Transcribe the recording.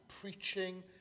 preaching